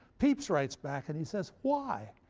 pepys writes back and he says, why?